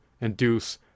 induce